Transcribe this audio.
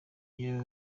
iyo